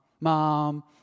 Mom